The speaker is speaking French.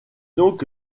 donc